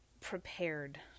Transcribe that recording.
prepared